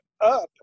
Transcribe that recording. up